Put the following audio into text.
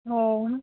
हो